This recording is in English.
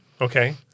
Okay